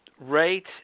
Rate